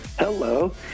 Hello